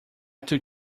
took